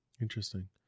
Interesting